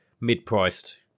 mid-priced